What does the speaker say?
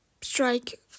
strike